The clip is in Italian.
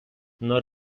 non